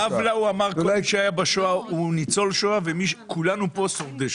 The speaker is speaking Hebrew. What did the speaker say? הרב לאו אמר שכל מי שהיה בשואה הוא ניצול שואה וכולנו כאן שורדי שואה.